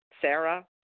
Sarah